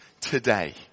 today